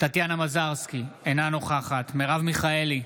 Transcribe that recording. טטיאנה מזרסקי, אינה נוכחת מרב מיכאלי,